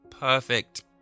perfect